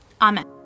Amen